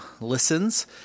listens